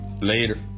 Later